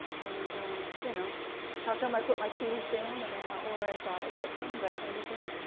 and um you know how come i put my keys down, and they're not where i thought i put them? that kind of thing.